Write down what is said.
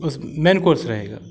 main course रहेगा